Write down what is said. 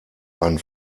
einen